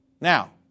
Now